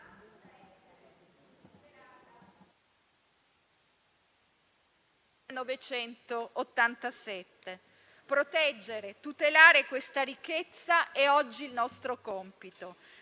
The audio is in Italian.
Proteggere e tutelare questa ricchezza è oggi nostro compito,